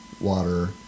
water